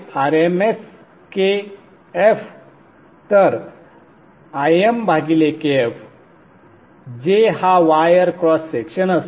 तर ImKf J हा wire cross section असेल